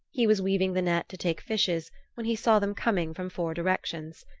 he was weaving the net to take fishes when he saw them coming from four directions.